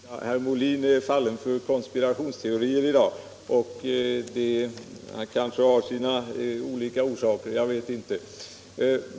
Herr talman! Herr Molin är fallen för konspirationsteorier i dag. Han kanske har sina orsaker härtill — det vet jag inte.